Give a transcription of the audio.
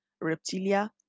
reptilia